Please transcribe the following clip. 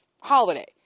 holiday